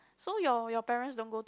so your your parents don't go to